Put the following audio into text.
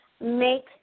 make